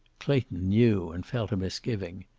clayton knew, and felt a misgiving.